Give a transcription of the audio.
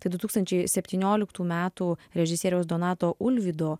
tai du tūkstančiai septynioliktų metų režisieriaus donato ulvydo